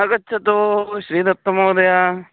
आगच्छतु श्रीदत्तमहोदय